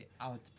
out